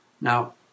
Now